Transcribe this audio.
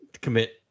commit